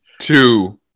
two